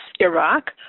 Iraq